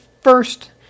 first